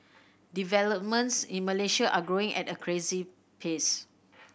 developments in Malaysia are growing at a crazy pace